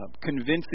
convincing